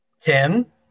Tim